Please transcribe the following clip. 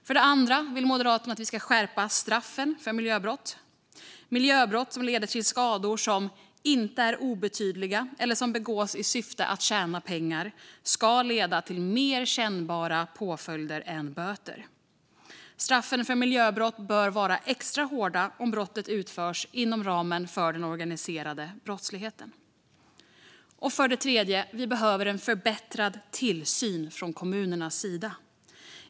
För det andra vill Moderaterna att vi ska skärpa straffen för miljöbrott. Miljöbrott som leder till skador som inte är obetydliga eller som begås i syfte att tjäna pengar ska leda till mer kännbara påföljder än böter. Straffen för miljöbrott bör vara extra hårda om brottet begås inom ramen för den organiserade brottsligheten. För det tredje behöver vi en förbättrad tillsyn från kommunernas sida.